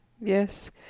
Yes